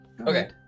okay